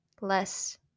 less